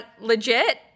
legit